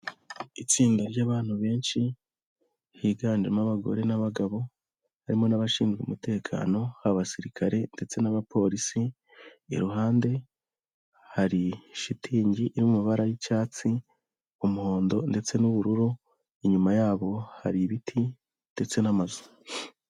Itsinda ry'abantu benshi higanjemo abagore n'abagabo, harimo n'abashinzwe umutekano, abasirikare ndetse n'abapolisi, iruhande hari shitingi y'amabara y'icyatsi umuhondo ndetse n'ubururu, inyuma yabo hari ibiti ndetse n'amazu.